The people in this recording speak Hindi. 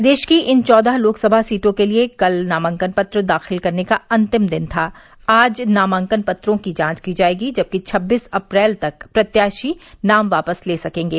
प्रदेश की इन चौदह लोकसभा सीटों के लिये कल नामांकन पत्र दाखिल करने का अंतिम दिन था आज नामांकन पत्रों की जांच की जायेगी जबकि छब्बीस अप्रैल तक प्रत्याशी नाम वापस ले सकेंगे